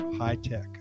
high-tech